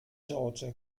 georgia